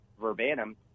verbatim